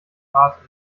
grad